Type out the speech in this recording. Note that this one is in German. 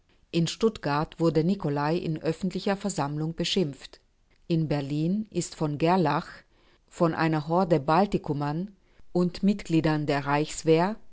in stuttgart wurde nicolai in öffentlicher versammlung beschimpft in berlin ist v gerlach von einer horde baltikumern und mitgliedern der reichswehr